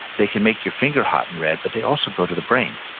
they can make your finger hot and red, but they also go to the brain.